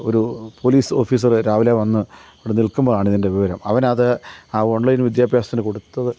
ഒരു police officer രാവിലെ വന്ന് അവിടെ നില്ക്കുമ്പോഴാണ് ഇതിന്റെ വിവരം അവനത് ആ ഓണ്ലൈന് വിദ്യാഭ്യാസത്തിന് കൊടുത്തത്